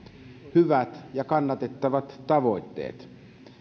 hyvät ja kannatettavat tavoitteet